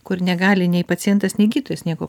kur negali nei pacientas nei gydytojas nieko